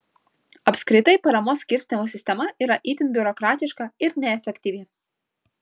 apskritai paramos skirstymo sistema yra itin biurokratiška ir neefektyvi